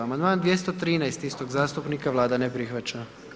Amandman 213. istog zastupnika, Vlada ne prihvaća.